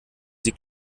sie